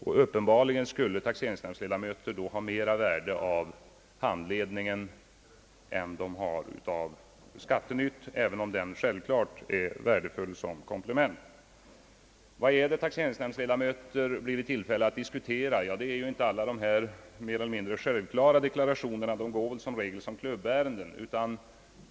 Taxeringsnämndsledamöter skulle därför uppenbarligen ha större utbyte av handledningen än de har av Skattenytt, även om denna publikation självfallet är värdefull såsom ett komplement. Vad är det egentligen som taxeringsnämndsledamöter blir i tillfälle att diskutera? Ja, det är inte de mera självklara deklarationerna, vilka i regel är rena klubbningsärenden.